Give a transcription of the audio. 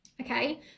okay